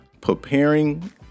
preparing